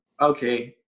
Okay